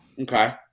Okay